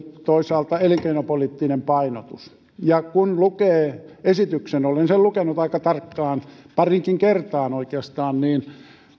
toisaalta elinkeinopoliittinen painotus kun lukee esityksen olen sen lukenut aika tarkkaan pariinkin kertaan oikeastaan niin